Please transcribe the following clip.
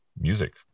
music